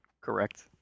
correct